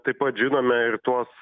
taip pat žinome ir tuos